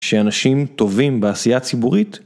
שאנשים טובים בעשייה ציבורית?